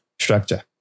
Structure